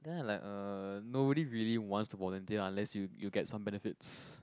then I like uh nobody really wants to volunteer unless you you get some benefits